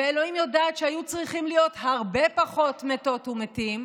ואלוהים יודעת שהיו צריכים להיות הרבה פחות מתות ומתים,